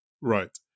Right